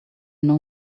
know